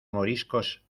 moriscos